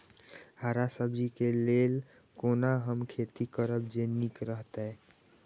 हरा सब्जी के लेल कोना हम खेती करब जे नीक रहैत?